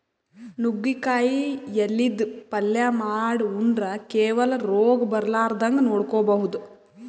ನುಗ್ಗಿಕಾಯಿ ಎಲಿದ್ ಪಲ್ಯ ಮಾಡ್ ಉಂಡ್ರ ಕೆಲವ್ ರೋಗ್ ಬರಲಾರದಂಗ್ ನೋಡ್ಕೊಬಹುದ್